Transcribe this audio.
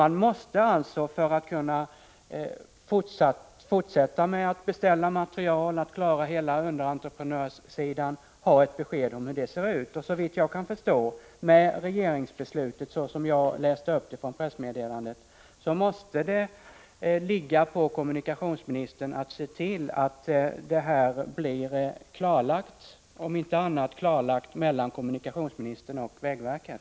Man måste alltså, för att kunna fortsätta att beställa material och klara hela underentreprenadssidan, ha ett besked om hur det ser ut. Såvitt jag kan förstå måste det enligt regeringsbeslutet, som jag läste upp det från pressmeddelandet, ligga på kommunikationsministern att se till att detta blir klarlagt, om inte annat så mellan kommunikationsministern och Vägverket.